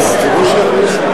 אם אפשר להכניס אותו